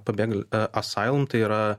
pabėg a asailum tai yra